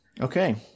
Okay